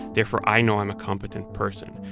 therefore, i know i'm a competent person.